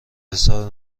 حساب